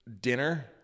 dinner